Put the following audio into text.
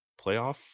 playoff